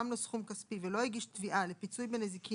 לו סכום כספי ולא הגיש תביעה כנגד המדינה בשל האסון